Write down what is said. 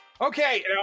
Okay